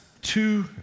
two